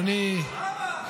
מה קורה?